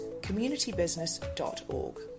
communitybusiness.org